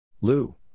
Lou